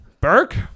Burke